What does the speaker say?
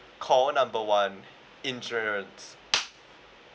call number one insurance